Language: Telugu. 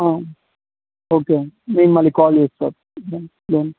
ఓకే అండి నేను మళ్ళీ కాల్ చేస్తా లోన్